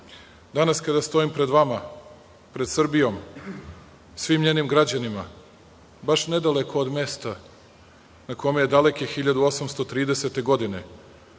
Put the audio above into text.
danas kada stojim pred vama, pred Srbijom, svim njenim građanima, baš nedaleko od mesta na kome je daleke 1830. godine,